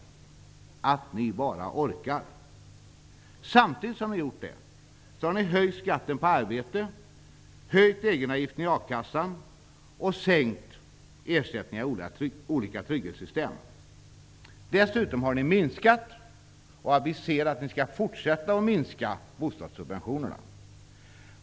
Att ni bara orkar! Samtidigt som ni har gjort detta har ni höjt skatten på arbete, höjt egenavgiften i a-kassan och sänkt ersättningar i olika trygghetssystem. Dessutom har ni minskat och aviserat att ni kommer att fortsätta att minska bostadssubventionerna.